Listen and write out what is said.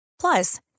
Plus